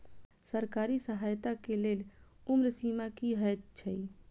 सरकारी सहायता केँ लेल उम्र सीमा की हएत छई?